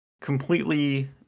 completely